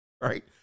right